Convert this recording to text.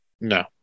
no